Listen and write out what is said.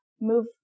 move